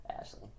Ashley